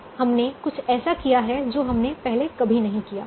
अब हमने कुछ ऐसा किया है जो हमने पहले कभी नहीं किया